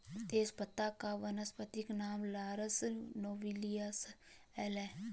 तेजपत्ता का वानस्पतिक नाम लॉरस नोबिलिस एल है